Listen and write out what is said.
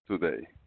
today